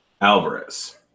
alvarez